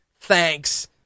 Thanks